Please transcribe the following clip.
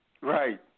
Right